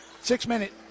six-minute